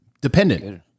dependent